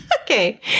Okay